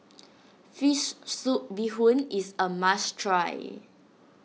Fish Soup Bee Hoon is a must try